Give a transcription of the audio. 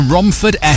Romford